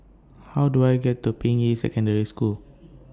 How Do I get to Ping Yi Secondary School